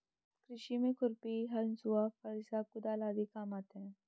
कृषि में खुरपी, हँसुआ, फरसा, कुदाल आदि काम आते है